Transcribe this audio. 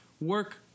work